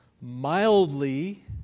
mildly